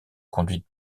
conduite